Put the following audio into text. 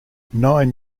nine